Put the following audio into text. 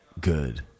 good